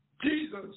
Jesus